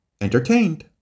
entertained